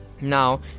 Now